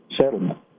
settlement